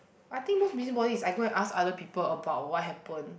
I think most busybody is I go and ask other people about what happen